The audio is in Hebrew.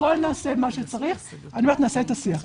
הכול נעשה כמו שצריך ונעשה את השיח,